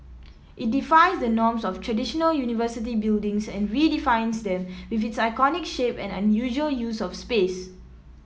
it defies the norms of traditional university buildings and redefines them with its iconic shape and unusual use of space